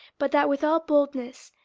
but that with all boldness,